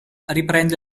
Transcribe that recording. riprende